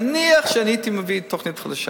נניח שאני הייתי מביא תוכנית חדשה,